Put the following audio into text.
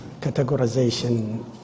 categorization